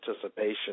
participation